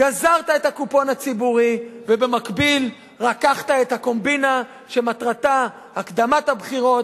גזרת את הקופון הציבורי ובמקביל רקחת את הקומבינה שמטרתה הקדמת הבחירות,